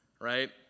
right